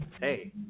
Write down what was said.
Hey